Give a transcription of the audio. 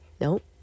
Nope